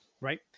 Right